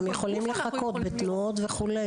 הילדים ממש אפילו יכולים לחקות בתנועות וכדומה.